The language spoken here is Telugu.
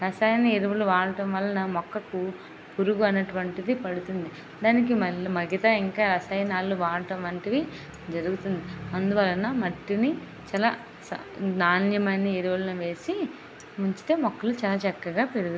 రసాయన ఎరువులు వాడటం వలన మొక్కకు పురుగు అనేటువంటిది పడుతుంది దానికి మళ్ళీ మిగతా ఇంకా రసాయనాలను వాడటం వంటివి జరుగుతుంది అందువలన మట్టిని చాలా నాణ్యమైన ఎరువులను వేసి ఉంచితే మొక్కలు చాలా చక్కగా పెరుగుతాయి